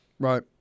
Right